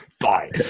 bye